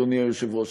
אדוני היושב-ראש,